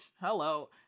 hello